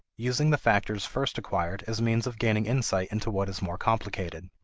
using the factors first acquired as means of gaining insight into what is more complicated.